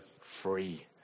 free